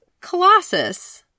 Colossus